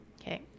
Okay